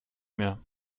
mehr